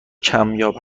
کمیاب